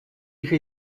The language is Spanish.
hija